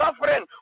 suffering